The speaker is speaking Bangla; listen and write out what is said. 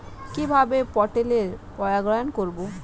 কিভাবে পটলের পরাগায়ন করব?